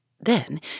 Then